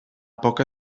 poca